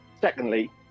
Secondly